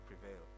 prevail